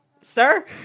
sir